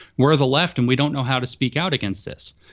we're the left. and we don't know how to speak out against this.